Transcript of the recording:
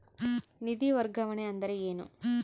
ನಿಧಿ ವರ್ಗಾವಣೆ ಅಂದರೆ ಏನು?